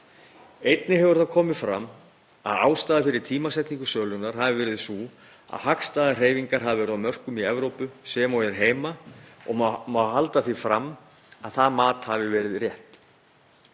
Einnig hefur það komið fram að ástæða fyrir tímasetningu sölunnar hafi verið sú að hagstæðar hreyfingar hafi verið á mörkuðum í Evrópu sem og hér heima og má halda því fram að það mat hafi verið rétt.